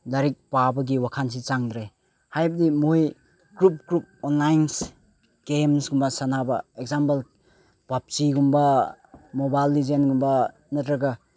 ꯂꯥꯏꯔꯤꯛ ꯄꯥꯕꯒꯤ ꯋꯥꯈꯜꯁꯤ ꯆꯪꯗ꯭ꯔꯦ ꯍꯥꯏꯕꯗꯤ ꯃꯣꯏ ꯒ꯭ꯔꯨꯞ ꯒ꯭ꯔꯨꯞ ꯑꯣꯟꯂꯥꯏꯟꯁ ꯒꯦꯝꯁꯀꯨꯝꯕ ꯁꯥꯟꯅꯕ ꯑꯦꯛꯖꯥꯝꯄꯜ ꯄꯞ ꯖꯤꯒꯨꯝꯕ ꯃꯣꯕꯥꯏꯜ ꯂꯤꯖꯦꯟꯒꯨꯝꯕ ꯅꯠꯇ꯭ꯔꯒ